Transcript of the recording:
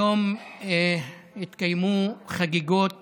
היום התקיימו חגיגות